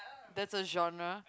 that's a genre